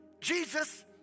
Jesus